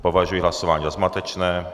Považuji hlasování za zmatečné.